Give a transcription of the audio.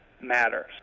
matters